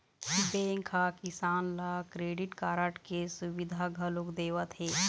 bank ह किसान ल क्रेडिट कारड के सुबिधा घलोक देवत हे